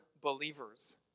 believers